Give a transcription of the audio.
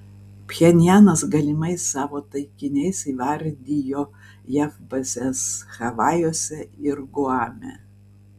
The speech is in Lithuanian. pchenjanas galimais savo taikiniais įvardijo jav bazes havajuose ir guame